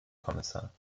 kommissar